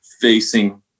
facing